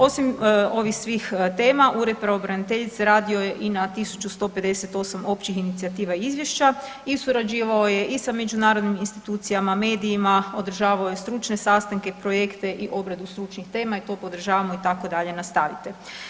Osim ovih svih tema Ured pravobraniteljice radio je i na tisuću 158 općih inicijativa izvješća i surađivao je i sa međunarodnim institucijama, medijima, održavao je stručne sastanke, projekte i obradu stručnih tema i to podržavamo i tako dalje nastavite.